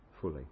fully